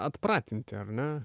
atpratinti ar ne